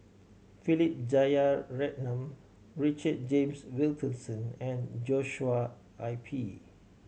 Philip Jeyaretnam Richard James Wilkinson and Joshua I P